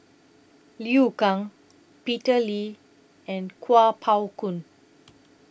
Liu Kang Peter Lee and Kuo Pao Kun